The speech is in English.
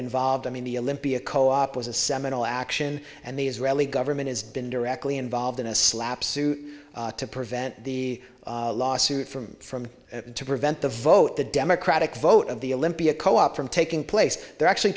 involved i mean the olympia co op was a seminal action and the israeli government has been directly involved in a slap suit to prevent the lawsuit from from to prevent the vote the democratic vote of the olympia co op from taking place they're actually